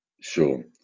Sure